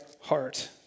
heart